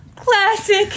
Classic